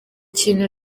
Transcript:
kintu